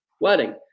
wedding